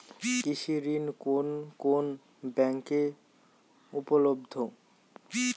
কৃষি ঋণ কোন কোন ব্যাংকে উপলব্ধ?